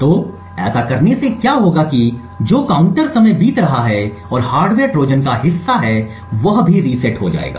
तो ऐसा करने से क्या होगा कि जो काउंटर समय बीत रहा है और हार्डवेयर ट्रोजन का हिस्सा है वह भी रीसेट हो जाएगा